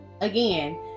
again